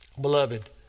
Beloved